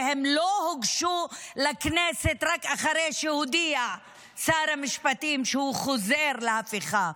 והם לא הוגשו לכנסת רק אחרי ששר המשפטים הודיע שהוא חוזר להפיכה.